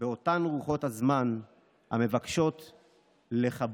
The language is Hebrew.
באותן רוחות הזמן המבקשות לכבות